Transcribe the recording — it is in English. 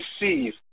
receive